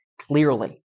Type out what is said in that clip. clearly